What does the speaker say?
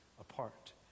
apart